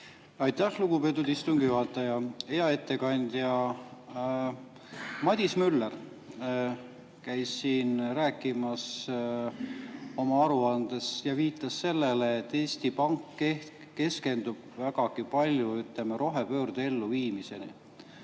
Aitäh, lugupeetud istungi juhataja! Hea ettekandja! Madis Müller käis siin rääkimas oma aruandest ja viitas sellele, et Eesti Pank keskendub vägagi palju rohepöörde elluviimisele.